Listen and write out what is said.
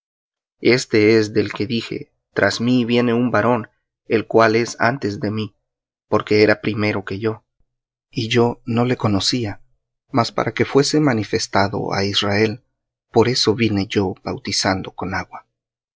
este es del que dije tras mí viene un varón el cual es antes de mí porque era primero que yo y yo no le conocía mas para que fuese manifestado á israel por eso vine yo bautizando con agua